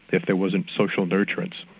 if there wasn't social nurturance.